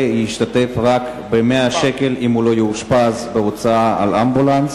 ישתתף רק ב-100 שקל בהוצאה על אמבולנס